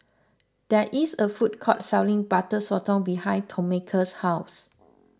there is a food court selling Butter Sotong behind Tomeka's house